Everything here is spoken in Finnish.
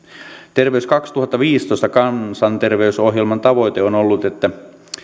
terveys kaksituhattaviisitoista kansanterveysohjelman tavoite on ollut että